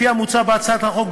לפי המוצע בהצעת החוק,